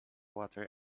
water